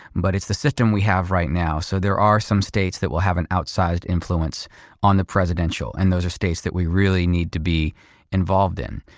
but it's the system we have right now. so there are some states that will have an outsized influence on the presidential and those are states that we really need to be involved in.